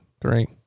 three